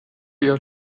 your